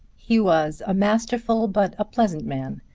he was a masterful but a pleasant man,